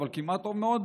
אבל כמעט טוב מאוד,